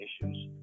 issues